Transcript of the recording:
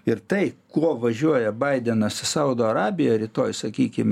ir tai kuo važiuoja baidenas į saudo arabiją rytoj sakykim